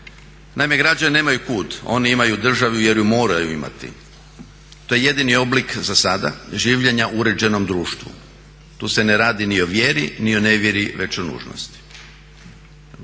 Naime, građani nemaju kud, oni imaju državu jer ju moraju imati. To je jedini oblik zasada življenja u uređenom društvu, tu se ne radi ni o vjeri ni o nevjeri već o nužnosti.